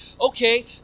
okay